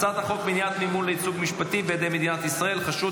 הצעת החוק מניעת מימון לייצוג משפטי בידי מדינת ישראל (חשוד,